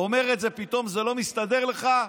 אומר את זה, זה לא מסתדר לך?